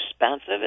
expensive